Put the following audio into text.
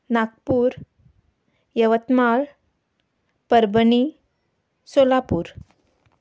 Nagpur Yavatmal Parbhani Solapur